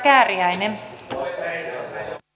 arvoisa puhemies